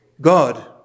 God